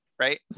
right